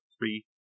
three